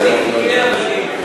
יידויי אבנים.